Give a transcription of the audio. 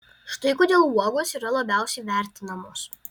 štai kodėl uogos yra labiausiai vertinamos